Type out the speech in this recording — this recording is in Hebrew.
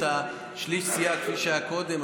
את שליש הסיעה כפי שהיה קודם,